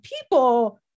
people